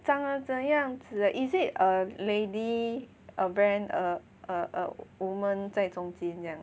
长得怎怎样子 is it a lady a brand err a woman 在中间这样